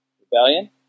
Rebellion